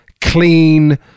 clean